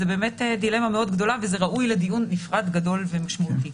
זו באמת דילמה מאוד גדולה וזה ראוי לדיון נפרד גדול ומשמעותי.